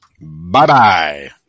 Bye-bye